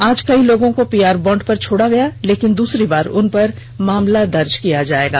आज कई लोगों को पी आर बांड पर छोड़ा गया लेकिन दूसरी बार उनपर मामला दर्ज किया जाएगा